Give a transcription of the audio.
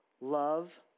love